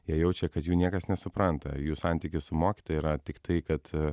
jie jaučia kad jų niekas nesupranta jų santykis su mokytoja yra tiktai kad